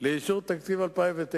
לאישור תקציב 2009,